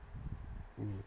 mm